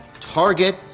Target